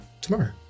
tomorrow